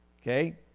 Okay